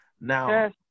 Now